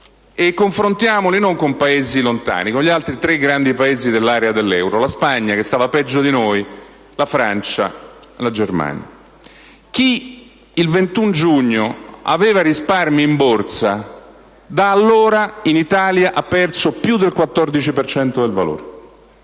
e confrontiamoli non con Paesi lontani, con gli altri tre grandi Paesi dell'area dell'euro, la Spagna, che stava peggio di noi, la Francia e la Germania. Chi il 21 giugno aveva risparmi in borsa, da allora in Italia ha perso più del 14 per